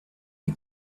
you